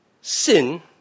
sin